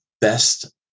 best